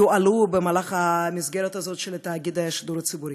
יועלו במסגרת הזאת של תאגיד השידור הציבורי.